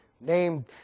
named